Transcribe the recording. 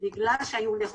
יש כמה סיבות לזה: